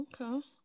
okay